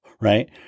right